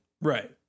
Right